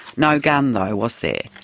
no gun though, was there.